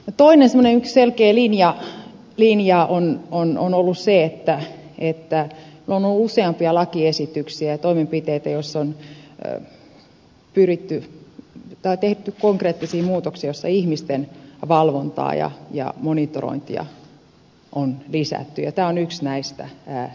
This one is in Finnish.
toinen selkeä linja on ollut se että on ollut useampia lakiesityksiä ja toimenpiteitä joissa on tehty konkreettisia muutoksia joissa ihmisten valvontaa ja monitorointia on lisätty ja tämä on yksi näistä esityksistä